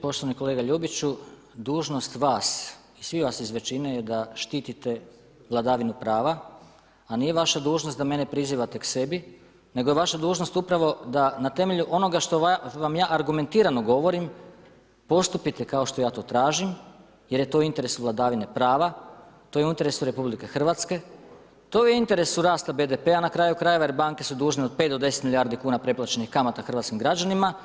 Poštovani kolega Ljubiću, dužnost vas i svih vas iz većine je da štitite vladavinu prava, a nije vaša dužnost da mene prizivate k sebi, nego je vaša dužnost upravo da na temelju onoga što vam ja argumentirano govorim postupite kao što ja tražim jer je to interes vladavine prava, to je u interesu Republike Hrvatske, to je u interesu rasta BDP-a na kraju krajeva, jer banke su dužne od 5 do 10 milijardi kuna preplaćenih kamata hrvatskim građanima.